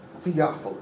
Theophilus